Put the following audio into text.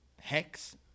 Hex